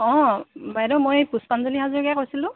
অঁ বাইদেউ মই এই পুষ্পাঞ্জলী হাজৰিকাই কৈছিলোঁ